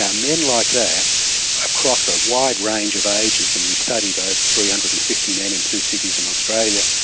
ah men like that across a wide range of ages, and we studied over three hundred and fifty men in two cities in australia,